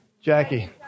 Jackie